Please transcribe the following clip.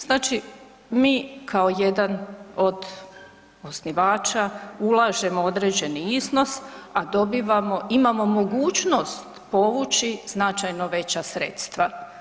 Znači mi kao jedan od osnivača ulažemo određeni iznos, a dobivamo, imamo mogućnost povući značajno veća sredstva.